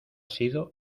sido